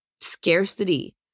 scarcity